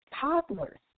Toddlers